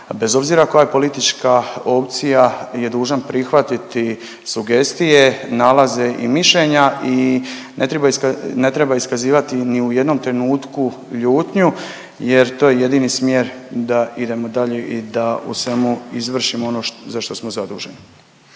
bez obzira koja je politička opcija je dužan prihvatiti sugestije, nalaze i mišljenja i ne treba iskazivati ni u jednom trenutku ljutnju jer to je jedini smjer da idemo dalje i da u svemu izvršimo ono za što smo zaduženi.